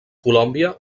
colòmbia